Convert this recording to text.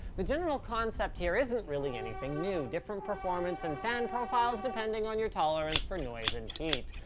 the general concept here isn't really anything new. different performance and fan profiles depending on your tolerance for noise and heat,